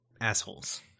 assholes